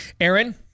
aaron